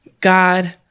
God